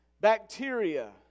bacteria